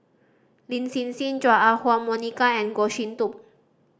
Lin Hsin Hsin Chua Ah Huwa Monica and Goh Sin Tub